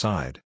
Side